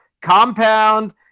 compound